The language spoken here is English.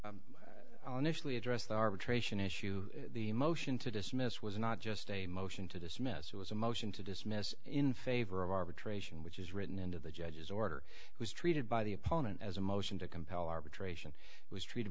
initially address the arbitration issue the motion to dismiss was not just a motion to dismiss it was a motion to dismiss in favor of arbitration which is written into the judge's order it was treated by the opponent as a motion to compel arbitration was treated